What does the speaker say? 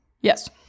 Yes